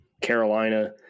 Carolina